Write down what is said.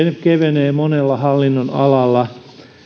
kevenee monella hallinnonalalla